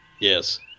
Yes